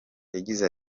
yagize